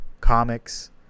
comics